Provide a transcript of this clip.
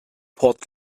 port